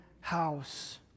house